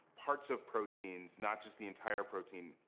parts of proteins, not just the entire protein.